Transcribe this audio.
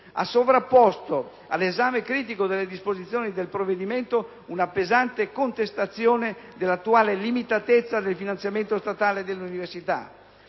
Ha sovrapposto all'esame critico delle disposizioni del provvedimento una pesante contestazione dell'attuale limitatezza del finanziamento statale delle università.